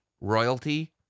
royalty